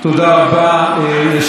תודה רבה.